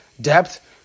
depth